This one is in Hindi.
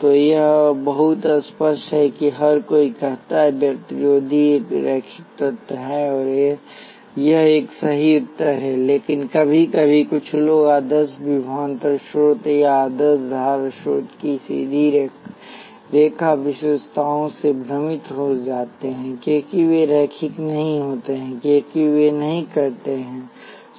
तो यह बहुत स्पष्ट है कि हर कोई कहता है कि प्रतिरोधी एक रैखिक तत्व है और यह एक सही उत्तर है लेकिन कभी कभी कुछ लोग आदर्श विभवांतर स्रोत या आदर्श धारा स्रोत की सीधी रेखा विशेषताओं से भ्रमित हो जाते हैं क्योंकि वे रैखिक नहीं होते हैं क्योंकि वे नहीं करते हैं